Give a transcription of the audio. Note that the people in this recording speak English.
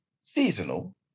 seasonal